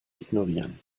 ignorieren